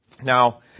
Now